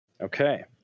Okay